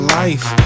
life